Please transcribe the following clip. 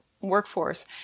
workforce